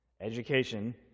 Education